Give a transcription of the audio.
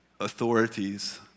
authorities